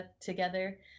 together